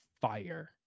fire